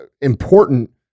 important